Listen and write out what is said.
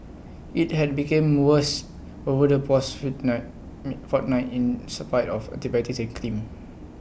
IT had become worse over the past foot night fortnight in spite of antibiotics and clean